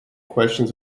questions